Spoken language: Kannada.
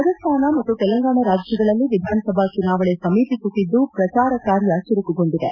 ರಾಜಾಸ್ತಾನ ಮತ್ತು ತೆಲಂಗಾಣ ರಾಜ್ಯಗಳಲ್ಲಿ ವಿಧಾನಸಭಾ ಚುನಾವಣೆ ಸಮೀಪಿಸುತ್ತಿದ್ದು ಪ್ರಚಾರ ಕಾರ್ಯ ಚುರುಕುಗೊಂಡಿದೆ